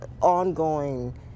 ongoing